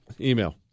Email